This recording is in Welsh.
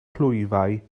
clwyfau